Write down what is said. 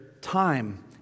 time